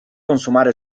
consumare